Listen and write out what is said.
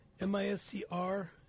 M-I-S-C-R